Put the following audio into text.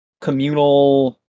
communal